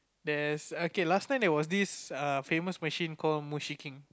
there's a okay last time there was this err famous machine called MushiKing